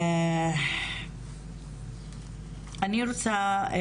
אבל אני רוצה...